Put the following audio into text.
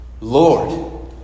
Lord